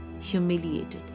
humiliated